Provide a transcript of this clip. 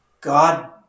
God